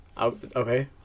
Okay